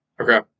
Okay